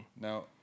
Now